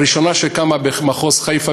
הראשונה שקמה במחוז חיפה,